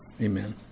Amen